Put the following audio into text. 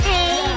Hey